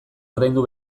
ordaindu